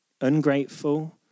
ungrateful